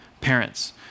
parents